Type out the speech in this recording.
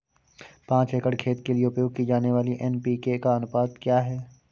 पाँच एकड़ खेत के लिए उपयोग की जाने वाली एन.पी.के का अनुपात क्या है?